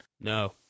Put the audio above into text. No